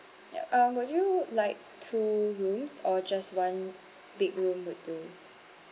ya uh would you like to rooms or just one big room would do